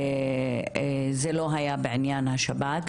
זה לא היה בעניין השב"כ,